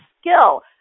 skill